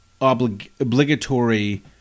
obligatory